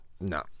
no